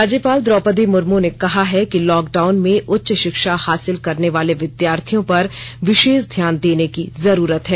राज्यपाल द्रौपदी मुर्मू ने कहा है कि लॉकडाउन में उच्च शिक्षा हासिल करने वाले विद्यार्थियों पर विशेष ध्यान देने की जरूरत है